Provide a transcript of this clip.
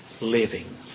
living